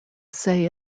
say